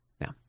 Now